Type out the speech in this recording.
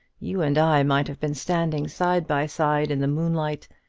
you and i might have been standing side by side in the moonlight,